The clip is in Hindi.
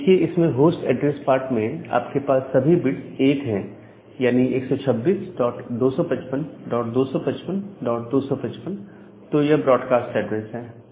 अब देखिए इसमें होस्ट एड्रेस पार्ट में आपके पास सभी बिट्स 1 है यानी 126255255255 तो यह ब्रॉडकास्ट एड्रेस है